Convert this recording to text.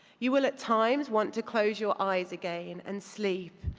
you will at times want to close your eyes again and sleep.